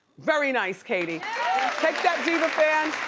very nice, katie. take that diva fan,